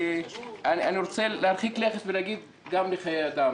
אני רוצה להרחיק לכת ולהגיד גם לחיי אדם.